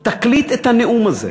תקליט את הנאום הזה.